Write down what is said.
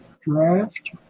draft